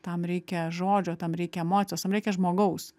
tam reikia žodžio tam reikia emocijos tam reikia žmogaus